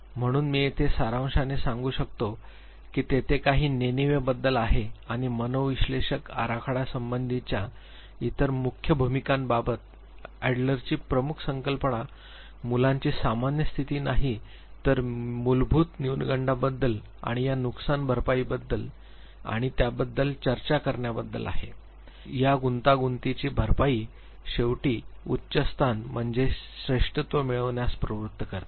म्हणून मी येथे सारांशाने सांगू शकतो की तेथे काही नेणीवे बद्दल आहे आणि मनोविश्लेषक आराखड्यासंबंधीच्या इतर मुख्य भूमिकांबाबत अॅडलरची प्रमुख संकल्पना मुलाची सामान्य स्थिती नाही तर मूलभूत न्युनगंडाबद्दल आणि या नुकसानभरपाईबद्दल आणि त्याबद्दल चर्चा करण्याबद्दल आहे या गुंतागुंतीची भरपाई शेवटी उच्च स्थान म्हणजेच श्रेष्टत्व मिळविण्यास प्रवृत्त करते